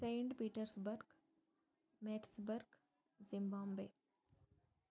Saint Petersburg Maxburg Zimbabwe